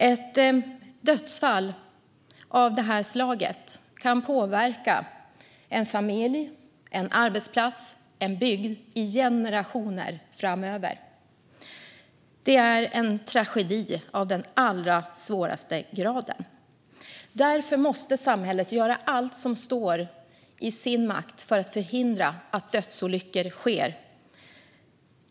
Ett dödsfall av det här slaget kan påverka en familj, en arbetsplats, en bygd i generationer framåt. Det är en tragedi av den allra svåraste graden, och därför måste samhället göra allt som står i dess makt för att förhindra att dödsolyckor sker.